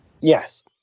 Yes